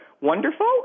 wonderful